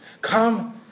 Come